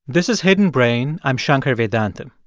this is hidden brain. i'm shankar vedantam.